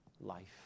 life